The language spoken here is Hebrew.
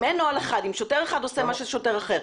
אם אין נוהל אחד ואם שוטר אחד עושה שונה מאשר עושה שוטר אחר,